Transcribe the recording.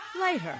Later